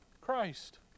Christ